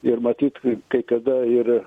ir matyt kai kada ir